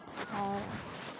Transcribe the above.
ᱟᱨ